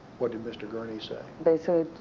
what did mr. gurney say? they so